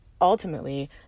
Ultimately